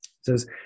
says